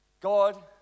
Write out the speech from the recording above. God